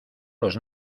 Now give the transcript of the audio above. los